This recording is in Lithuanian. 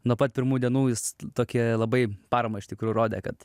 nuo pat pirmų dienų jis tokį labai paramą iš tikrųjų rodė kad